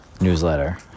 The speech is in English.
newsletter